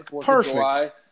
Perfect